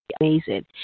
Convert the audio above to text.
amazing